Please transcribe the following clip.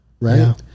right